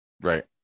right